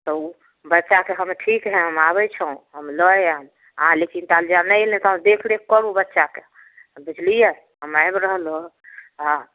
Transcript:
तऽ ओ बच्चा तऽ हमर ठीक रहै हम आबै छी हम लय आयब अहाँ लेकिन ता याबत हम नहि एलहुँ देखरेख करू बच्चाके बुझलियै हम आबि रहलहुँ आ